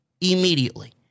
immediately